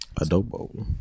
Adobo